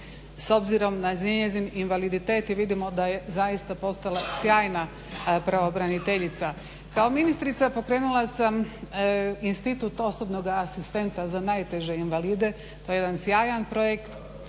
s obzirom na njezin invaliditet i vidimo da je zaista postala sjajna pravobraniteljica. Kao ministrica pokrenula sam institut osobnoga asistenta za najteže invalide. To je jedan sjajan projekt,